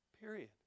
period